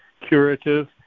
curative